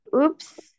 oops